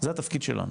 זה התפקיד שלנו.